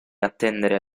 attendere